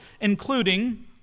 including